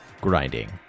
grinding